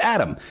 Adam